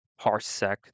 Parsec